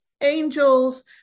angels